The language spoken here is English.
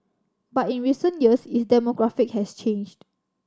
but in recent years its demographic has changed